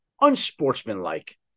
unsportsmanlike